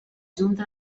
junta